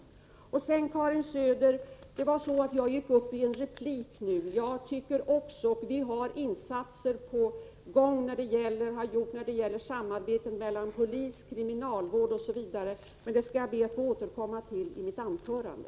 Sedan var det så, Karin Söder, att jag nu gick upp i en replik. Vi har insatser på gång när det gäller samarbetet mellan polis, kriminalvård m.fl., men det skall jag be att få återkomma till i mitt anförande.